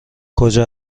کجا